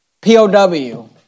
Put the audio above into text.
POW